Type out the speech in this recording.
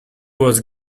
was